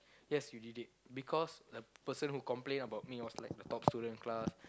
yes you did it because the person who complain about me was like a top student in class